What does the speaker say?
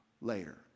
later